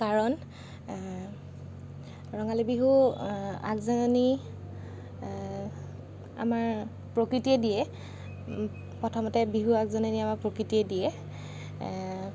কাৰণ ৰঙালী বিহু আগজাননী আমাৰ প্ৰকৃতিয়ে দিয়ে প্ৰথমতে বিহুৰ আগজাননী আমাক প্ৰকৃতিয়ে দিয়ে